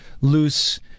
loose